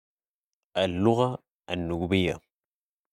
اللغة النوبية.